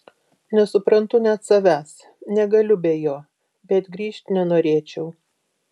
nesuprantu net savęs negaliu be jo bet grįžt nenorėčiau